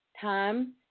Time